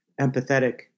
empathetic